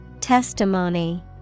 Testimony